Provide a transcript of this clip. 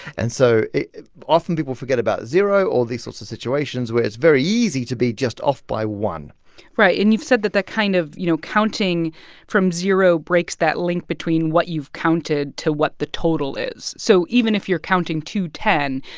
and so often, people forget about zero all these sorts of situations where it's very easy to be just off by one right. and you've said that that kind of, you know, counting from zero breaks that link between what you've counted to what the total is. so even if you're counting to ten,